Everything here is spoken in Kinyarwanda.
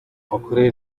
ukuri